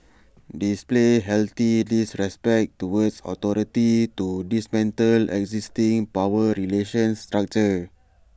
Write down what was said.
display healthy disrespect towards authority to dismantle existing power relations structure